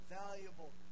valuable